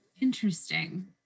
Interesting